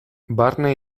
barne